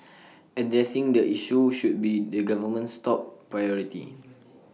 addressing the issue should be the government's top priority